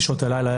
בשעות הלילה,